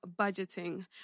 budgeting